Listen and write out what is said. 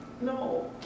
No